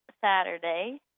Saturday